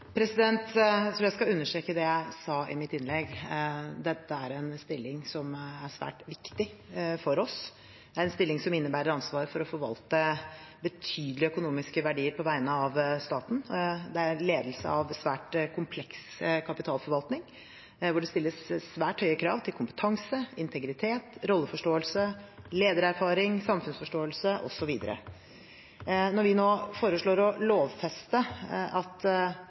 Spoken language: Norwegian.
Jeg tror jeg skal understreke det jeg sa i mitt innlegg: Dette er en stilling som er svært viktig for oss, det er en stilling som innebærer ansvar for å forvalte betydelige økonomiske verdier på vegne av staten. Det er ledelse av svært kompleks kapitalforvaltning, der det stilles svært høye krav til kompetanse, integritet, rolleforståelse, ledererfaring, samfunnsforståelse osv. Når vi nå foreslår å lovfeste at